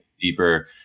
deeper